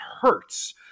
hurts